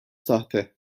sahte